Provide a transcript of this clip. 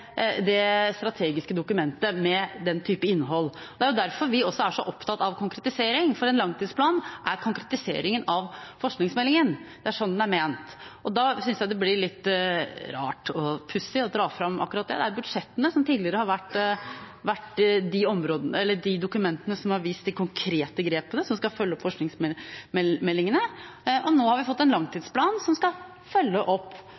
strategiske dokumentet med den type innhold. Det er derfor vi også er opptatt av konkretisering, for en langtidsplan er konkretiseringen av forskningsmeldingen – det er sånn den er ment. Da synes jeg det blir litt rart og pussig å dra fram akkurat det. Det er budsjettene som tidligere har vært de dokumentene som har vist de konkrete grepene som skal følge opp forskningsmeldingene. Nå har vi fått en langtidsplan, som i og for seg skal følge opp